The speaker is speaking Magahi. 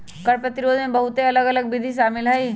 कर प्रतिरोध में बहुते अलग अल्लग विधि शामिल हइ